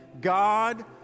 God